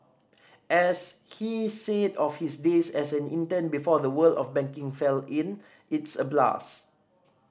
as he said of his days as an intern before the world of banking fell in it's a blast